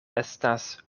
estas